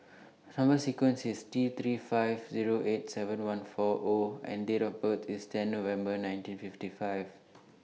Number sequence IS T three five Zero eight seven one four O and Date of birth IS ten November nineteen fifty five